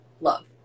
Love